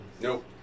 Nope